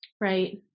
Right